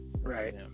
Right